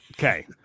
Okay